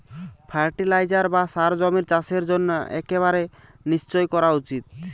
fertiliser বা সার জমির চাষের জন্য একেবারে নিশ্চই করা উচিত